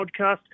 podcast